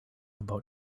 about